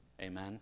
Amen